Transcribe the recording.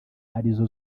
arizo